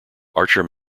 archer